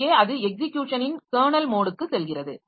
இங்கே அது எக்ஸிக்யூஷனின் கெர்னல் மோடுக்கு செல்கிறது